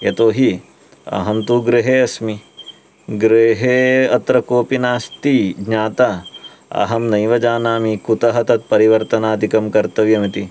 यतोहि अहं तु गृहे अस्मि गृहे अत्र कोपि नास्ति ज्ञातः अहं नैव जानामि कुतः तत् परिवर्तनादिकं कर्तव्यम् इति